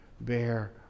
bear